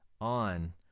on